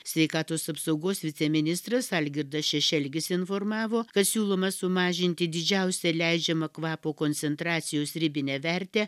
sveikatos apsaugos viceministras algirdas šešelgis informavo kad siūloma sumažinti didžiausią leidžiamą kvapo koncentracijos ribinę vertę